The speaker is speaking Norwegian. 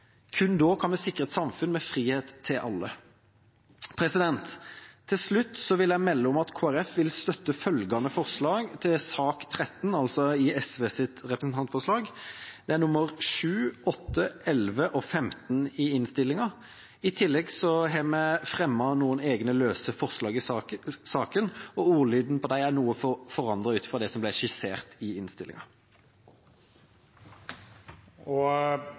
Kun da kan vi sikre et samfunn med frihet for alle. Til slutt vil jeg melde om at Kristelig Folkeparti vil støtte forslagene nr. 7, 8, 11 og 15 i sak nr. 13, altså SVs representantforslag. I tillegg har vi fremmet noen egne løse forslag i sak nr. 12, som jeg med dette tar opp, og ordlyden i dem er noe forandret fra det som ble skissert i innstillinga.